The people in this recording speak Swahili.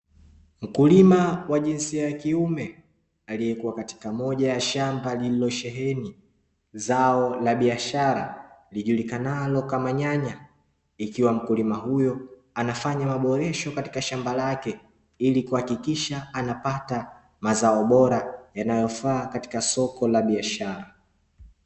Mkulima wa jinsia ya kiume aliyekuwa katika moja ya shamba lililosheheni zao la biashara lijulikanalo kama nyanya, ikiwa mkulima huyo anafanya maboresho katika shamba lake ili kuhakikisha anapata mazao bora yanayofaa katika soko la biashara.